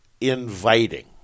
inviting